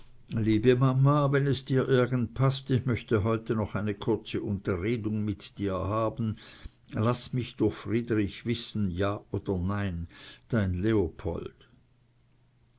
liebe mama wenn es dir irgend paßt ich möchte heute noch eine kurze unterredung mit dir haben laß mich durch friedrich wissen ja oder nein dein leopold